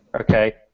okay